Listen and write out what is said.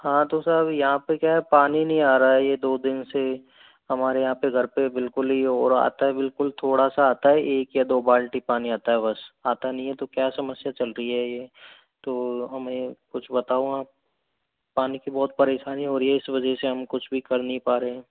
हाँ तो सर यहाँ पे क्या है पानी नहीं आ रहा है ये दो दिन से हमारे यहाँ पे घर पे बिल्कुल ही और आता है बिल्कुल थोड़ा सा आता है एक या दो बाल्टी पानी आता है बस आता नहीं है तो क्या समस्या चल रही है ये तो हमें कुछ बताओ आप पानी की बहुत परेशानी हो रही है इस वजह से हमें कुछ भी कर नहीं पा रहे हैं